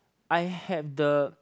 I have the